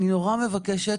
אני נורא מבקשת,